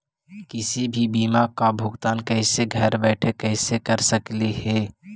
किसी भी बीमा का भुगतान कैसे घर बैठे कैसे कर स्कली ही?